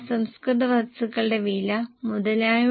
അതിനാൽ ഇളവുള്ള വിൽപ്പന വില എത്രയായിരിക്കും